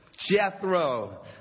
Jethro